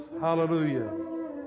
Hallelujah